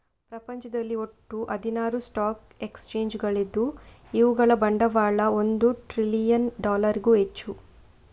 ಪ್ರಪಂಚದಲ್ಲಿ ಒಟ್ಟು ಹದಿನಾರು ಸ್ಟಾಕ್ ಎಕ್ಸ್ಚೇಂಜುಗಳಿದ್ದು ಇವುಗಳ ಬಂಡವಾಳ ಒಂದು ಟ್ರಿಲಿಯನ್ ಡಾಲರಿಗೂ ಹೆಚ್ಚು